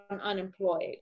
unemployed